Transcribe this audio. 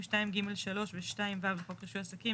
2(ג)(3) ו-2(ו) לחוק רישוי עסקים,